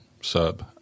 sub